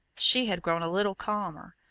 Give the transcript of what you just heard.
she had grown a little calmer,